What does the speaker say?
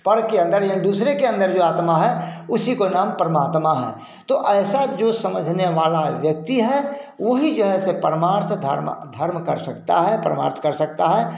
पर के अन्दर यानी दूसरे के अन्दर जो आत्मा है उसी को नाम परमात्मा है तो ऐसा जो समझने वाला व्यक्ति है वो ही जो है से परमार्थ धर्म धर्म कर सकता है परमार्थ कर सकता है